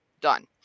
Done